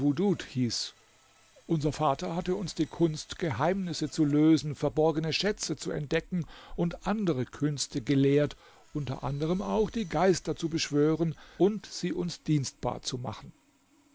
unser vater hatte uns die kunst geheimnisse zu lösen verborgene schätze zu entdecken und andere künste gelehrt unter anderen auch die geister zu beschwören und sie uns dienstbar zu machen